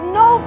no